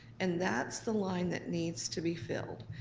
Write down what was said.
and that's the line that needs to be filled.